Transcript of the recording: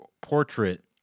portrait